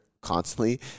constantly